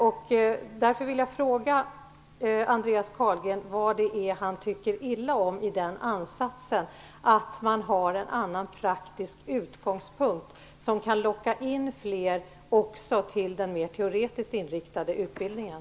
Jag vill därför fråga Andreas Carlgren vad det är han tycker illa om i den ansats som innebär att man har en annan praktisk utgångspunkt som kan locka in fler också till den mer teoretiskt inriktade utbildningen.